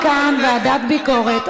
ונאמר לי כאן ועדת ביקורת.